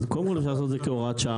אז קודם כל, אפשר לעשות את זה כהוראת שעה.